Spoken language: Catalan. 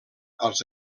als